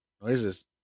noises